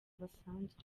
basanzwe